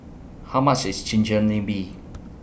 How much IS Chigenabe